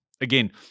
Again